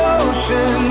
ocean